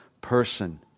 person